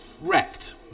Wrecked